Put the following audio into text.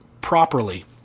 properly